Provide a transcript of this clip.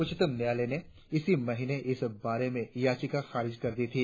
उच्चतम न्यायालय ने इसी महीने इस बारे में याचिका खारिज कर दी थी